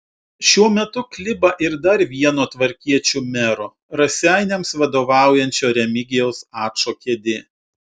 šiuo metu kliba ir dar vieno tvarkiečių mero raseiniams vadovaujančio remigijaus ačo kėdė